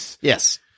yes